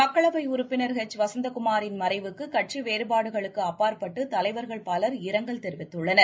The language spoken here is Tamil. மக்களவை உறுப்பினர் ஹெச் வசந்த குமாரின் மறைவுக்கு கட்சி வேறுபாடுகளுக்கு அப்பாற்பட்டு தலைவர்கள் பலர் இரங்கல் தெரிவித்துள்ளனர்